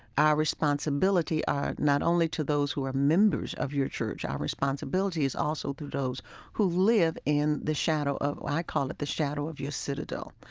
our responsibility is not only to those who are members of your church our responsibility is also to those who live in the shadow of i call it the shadow of your citadel.